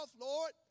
Lord